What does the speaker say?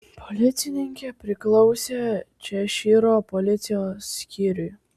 policininkė priklausė češyro policijos skyriui